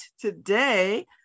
today